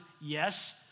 yes